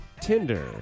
Tinder